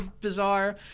bizarre